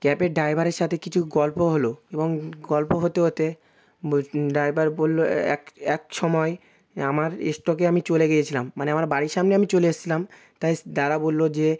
ক্যাবের ড্রাইভারের সাথে কিছু গল্প হলো এবং গল্প হতে হতে ড্রাইভার বললো এক সময় আমার স্টপে আমি চলে গিয়েছিলাম মানে আমার বাড়ির সামনে আমি চলে এসছিলাম তাই দাদা বললো যে